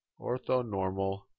orthonormal